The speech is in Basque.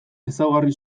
ezaugarri